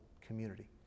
community